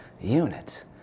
unit